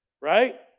Right